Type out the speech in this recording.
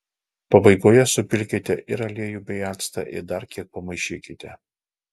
pabaigoje supilkite ir aliejų bei actą ir dar kiek pamaišykite